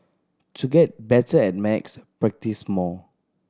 to get better at max practise more